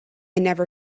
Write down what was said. never